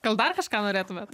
gal dar kažką norėtumėt